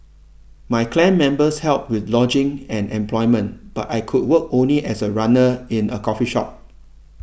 my clan members helped with lodging and employment but I could work only as a runner in a coffee shop